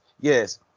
yes